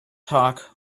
talk